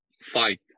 fight